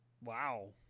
Wow